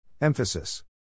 Emphasis